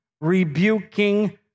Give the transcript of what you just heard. rebuking